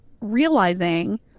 realizing